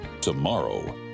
tomorrow